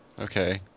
Okay